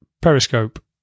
Periscope